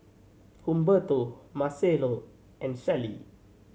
Humberto Marcelo and Shelli